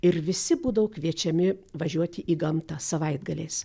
ir visi būdavo kviečiami važiuoti į gamtą savaitgaliais